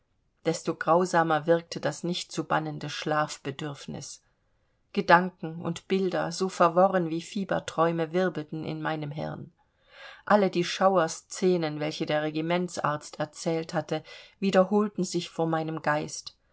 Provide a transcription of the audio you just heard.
desto grausamer wirkte das nicht zu bannende schlafbedürfnis gedanken und bilder so verworren wie fieberträume wirbelten in meinem hirn alle die schauerscenen welche der regimentsarzt erzählt hatte wiederholten sich vor meinem geist